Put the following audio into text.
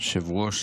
כבוד היושב-ראש